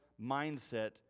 mindset